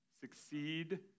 Succeed